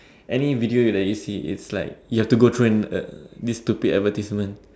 any video that you see is like you have to go through in a this stupid advertisement